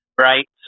right